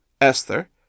Esther